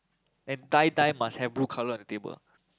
and die die must have blue color on the table